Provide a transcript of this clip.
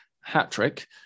hat-trick